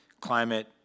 climate